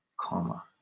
Comma